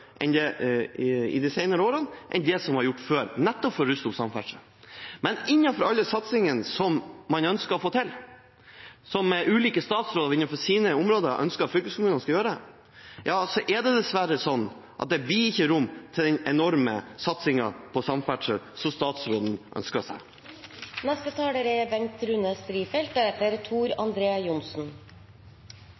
de senere årene enn det som det ble brukt før, nettopp for å ruste opp samferdsel. Men innenfor alle satsingene som man ønsker å få til, som ulike statsråder innenfor sine områder ønsker at fylkeskommunene skal gjøre, er det dessverre sånn at det blir ikke rom for de enorme satsingene på samferdsel som statsråden ønsker seg. Når man hører debatten i dag, er